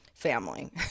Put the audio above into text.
family